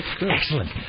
Excellent